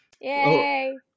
Yay